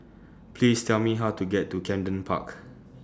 Please Tell Me How to get to Camden Park